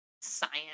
science